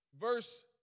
verse